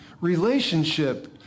Relationship